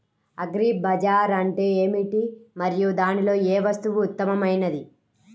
Agri bazaar అంటే ఏమిటి మరియు దానిలో ఏ వస్తువు ఉత్తమమైనది?